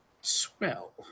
Swell